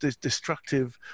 destructive